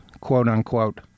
quote-unquote